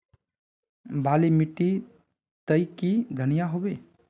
बाली माटी तई की धनिया होबे?